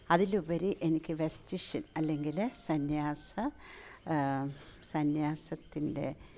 അതിൽ ഉപരി എനിക്ക് വെസ്റ്റ്ഷൻ അല്ലെങ്കിൽ സന്യാസ സന്യാസത്തിൻ്റെ